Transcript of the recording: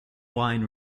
wine